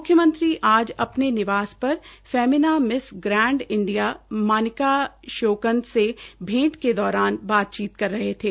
मुख्यमंत्री आज अपने निवास पर Femina Miss Grand India Manika Sheokand से भैंट के दौरान बातचीत कर रहे थे